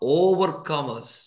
overcomers